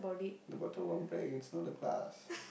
the water won't break it's not a glass